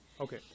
okay